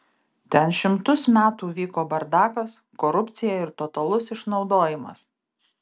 ten šimtus metų vyko bardakas korupcija ir totalus išnaudojimas